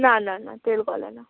না না না তেল গলে না